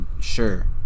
sure